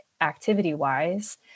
activity-wise